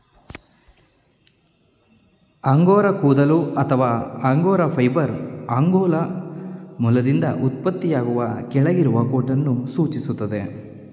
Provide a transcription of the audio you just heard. angora ಕೂದಲು ಅಥವಾ angora fibre angora ಮೊಲದಿಂದ ಉತ್ಪತ್ತಿಯಾಗುವ ಕೆಳಗಿರುವ ಕೋಟನ್ನು ಸೂಚಿಸ್ತದೆ